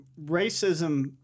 racism